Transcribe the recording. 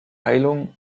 heilung